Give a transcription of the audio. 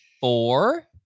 four